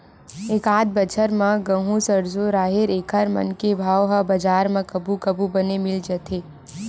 एकत बछर म गहूँ, सरसो, राहेर एखर मन के भाव ह बजार म कभू कभू बने मिल जाथे